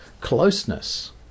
closeness